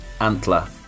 Antler